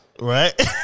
right